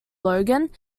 logan